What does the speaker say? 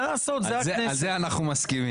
מה לעשות, זו הכנסת.